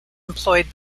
employed